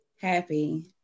happy